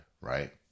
Right